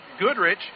Goodrich